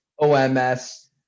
OMS